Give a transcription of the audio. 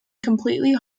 completely